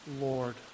lord